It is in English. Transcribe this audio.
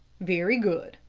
very good,